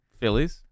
Phillies